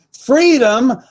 freedom